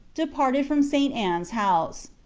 departed from st. anne s house.